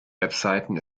webseiten